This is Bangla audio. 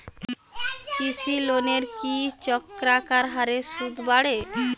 কৃষি লোনের কি চক্রাকার হারে সুদ বাড়ে?